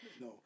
No